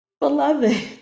beloved